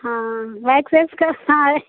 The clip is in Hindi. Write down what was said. हाँ वैक्स एक्स का हाँ है